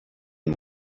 and